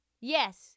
yes